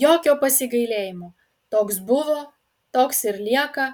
jokio pasigailėjimo toks buvo toks ir lieka